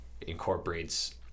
incorporates